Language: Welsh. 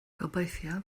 gobeithio